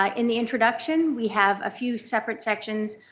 um in the introduction, we have a few separate sections,